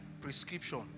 prescription